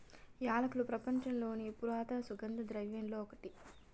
యాలకులు ప్రపంచంలోని పురాతన సుగంధ ద్రవ్యలలో ఒకటి